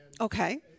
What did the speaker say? Okay